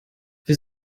wie